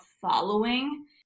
following